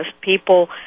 people